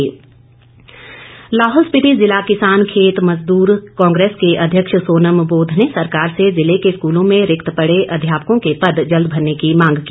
मांग लाहौल स्पीति जिला किसान खेत मजदूर कांग्रेस के अध्यक्ष सोनम बोध ने सरकार से जिले के स्कूलों में रिक्त पड़े अध्यापकों के पद जल्द भरने की मांग की